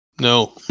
No